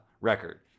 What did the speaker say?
record